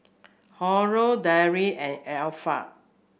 Haron Dara and Ariff